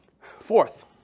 Fourth